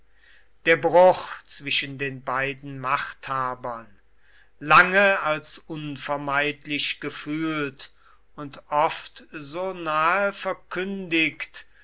der bruch zwischen den beiden machthabern lange als unvermeidlich gefühlt und oft so nahe verkündigt